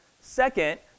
Second